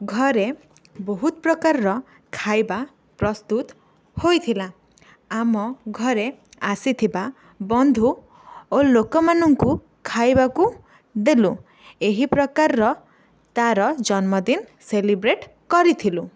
ଘରେ ବହୁତ ପ୍ରକାରର ଖାଇବା ପ୍ରସ୍ତୁତ ହୋଇଥିଲା ଆମ ଘରେ ଆସିଥିବା ବନ୍ଧୁ ଓ ଲୋକମାନଙ୍କୁ ଖାଇବାକୁ ଦେଲୁ ଏହି ପ୍ରକାରର ତା'ର ଜନ୍ମଦିନ ସେଲିବ୍ରେଟ କରିଥିଲୁ